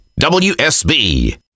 WSB